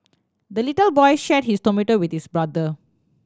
the little boy shared his tomato with his brother